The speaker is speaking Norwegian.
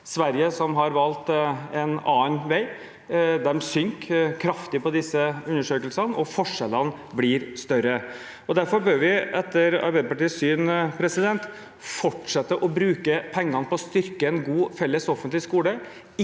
Sverige, som har valgt en annen vei, synker kraftig i disse undersøkelsene. Forskjellene blir større. Derfor bør vi etter Arbeiderpartiets syn fortsette å bruke pengene på å styrke en god, felles, offentlig skole